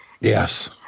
yes